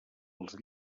els